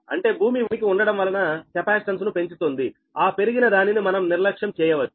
అంటే భూమి ఉనికి ఉండడం వలన కెపాసిటెన్స్ను పెంచుతుందిఆ పెరిగిన దానిని మనం నిర్లక్ష్యం చేయవచ్చు